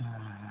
हाँ